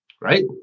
right